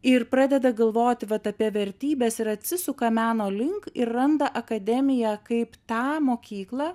ir pradeda galvoti vat apie vertybes ir atsisuka meno link ir randa akademiją kaip tą mokyklą